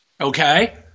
Okay